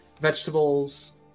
vegetables